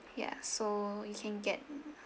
ya so you can get